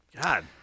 God